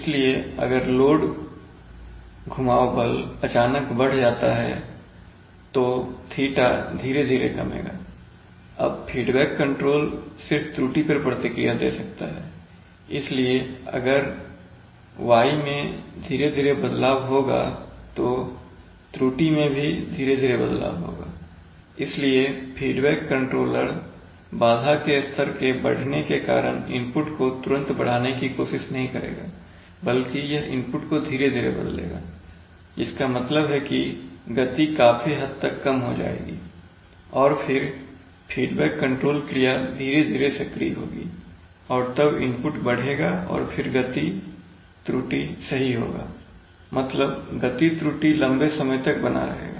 इसलिए अगर लोड घुमाव बल अचानक बढ़ जाता है तो थीटा धीरे धीरे कमेगा अब फीडबैक कंट्रोलर सिर्फ त्रुटि पर प्रतिक्रिया दे सकता है इसलिए अगर y मैं धीरे धीरे बदलाव होगा तो त्रुटि में भी धीरे धीरे बदलाव होगा इसलिए फीडबैक कंट्रोलर बाधा के स्तर के बढ़ने के कारण इनपुट को तुरंत बढ़ाने की कोशिश नहीं करेगा बल्कि यह इनपुट को धीरे धीरे बदलेगाजिसका मतलब है कि गति काफी हद तक कम हो जाएगा और फिर फीडबैक कंट्रोल क्रिया धीरे धीरे सक्रिय होगी और तब इनपुट बढ़ेगा और फिर गति त्रुटि सही होगा मतलब गति त्रुटि लंबे समय तक बना रहेगा